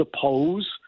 suppose